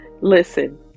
Listen